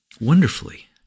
Wonderfully